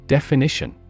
Definition